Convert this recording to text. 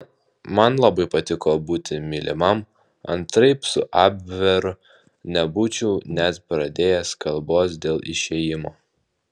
man labai patiko būti mylimam antraip su abveru nebūčiau net pradėjęs kalbos dėl išėjimo